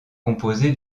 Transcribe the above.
composé